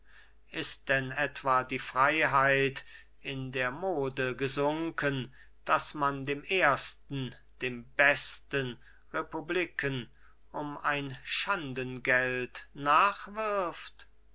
ist denn etwa die freiheit in der mode gesunken daß man dem ersten dem besten republiken um ein